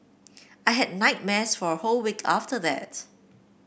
I had nightmares for a whole week after that